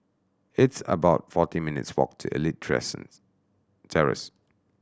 it's about forty minutes' walk to Elite Terrace